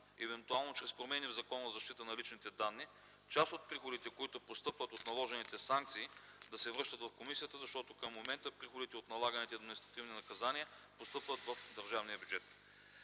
евентуално чрез промени в Закона за защита на личните данни, част от приходите, които постъпват от наложените санкции, да се връщат в комисията, защото към момента приходите от налаганите административни наказания постъпват в държавния бюджет.